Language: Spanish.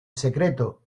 secreto